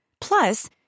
Plus